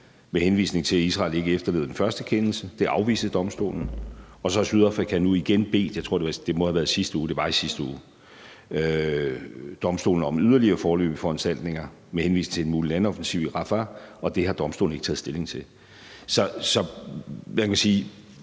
med henvisning til at Israel ikke efterlevede den første kendelse. Det afviste domstolen. Så har Sydafrika nu igen bedt, jeg tror, det har været i sidste uge – det var i sidste uge – domstolen om yderligere foreløbige foranstaltninger med henvisning til den nye landoffensiv i Rafah, og det har domstolen ikke taget stilling til. Så i forhold til